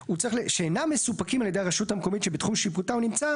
שאינם מסופקים על ידי הרשות המקומית שבתחום שיפוטה הוא נמצא,